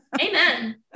Amen